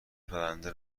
پرونده